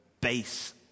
base